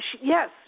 yes